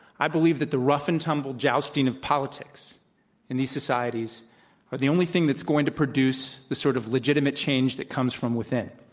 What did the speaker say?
i believe that the rough-and-tumble jousting of politics in these societies are the only thing that's going to produce the sort of legitimate change that comes from within.